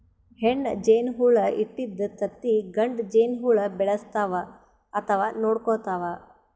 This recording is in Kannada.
ಹೆಣ್ಣ್ ಜೇನಹುಳ ಇಟ್ಟಿದ್ದ್ ತತ್ತಿ ಗಂಡ ಜೇನಹುಳ ಬೆಳೆಸ್ತಾವ್ ಅಥವಾ ನೋಡ್ಕೊತಾವ್